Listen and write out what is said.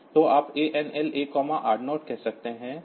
तो आप ANL A R0 कह सकते हैं